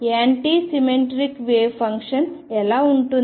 anti symmetric wave function ఎలా ఉంటుంది